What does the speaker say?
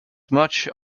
much